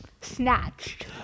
snatched